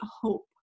hope